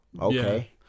okay